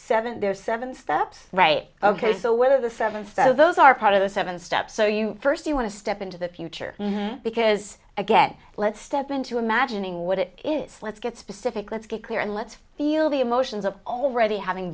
are seven steps right ok so whether the seven style those are part of the seven steps so you first you want to step into the future because again let's step into imagining what it is let's get specific let's get clear and let's feel the emotions of already having